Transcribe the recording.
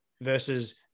versus